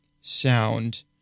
sound